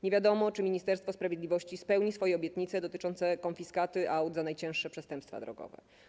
Nie wiadomo, czy Ministerstwo Sprawiedliwości spełni swoje obietnice dotyczące konfiskaty aut za najcięższe przestępstwa drogowe.